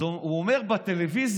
אז הוא אומר בטלוויזיה,